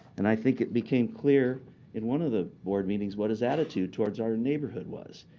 and i think it became clear in one of the board meetings what his attitude towards our neighborhood was.